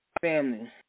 family